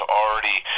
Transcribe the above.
already